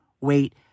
wait